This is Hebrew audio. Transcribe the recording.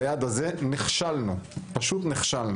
ביעד הזה נכשלנו, פשוט נכשלנו.